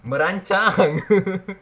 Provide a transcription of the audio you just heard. merancang